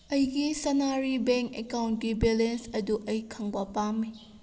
ꯑꯩꯒꯤ ꯁꯅꯥꯔꯤ ꯕꯦꯡ ꯑꯦꯀꯥꯎꯟꯒꯤ ꯕꯦꯂꯦꯟꯁ ꯑꯗꯨ ꯑꯩ ꯈꯪꯕ ꯄꯥꯝꯃꯤ